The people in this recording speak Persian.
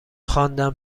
خواندن